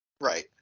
right